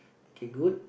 okay good